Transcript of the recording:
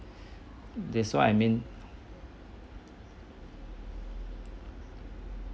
that's what I mean